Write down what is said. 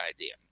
idea